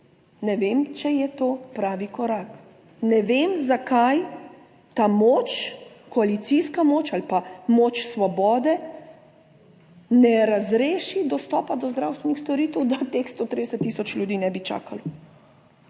Ne vem, če je to pravi korak. Ne vem, zakaj ta moč, koalicijska moč ali pa moč svobode ne razreši dostopa do zdravstvenih storitev, da teh 130 tisoč ljudi ne bi čakalo.